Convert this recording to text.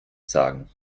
sagen